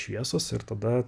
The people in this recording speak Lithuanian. šviesos ir tada